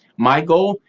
my goal,